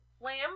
lamb